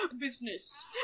business